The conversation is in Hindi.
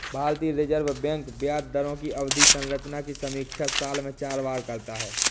भारतीय रिजर्व बैंक ब्याज दरों की अवधि संरचना की समीक्षा साल में चार बार करता है